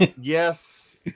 yes